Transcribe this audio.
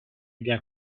bien